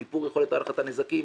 שיפור יכולת הערכת הנזקים,